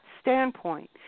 standpoint –